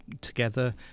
together